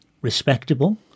respectable